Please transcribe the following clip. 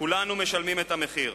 כולנו משלמים את המחיר.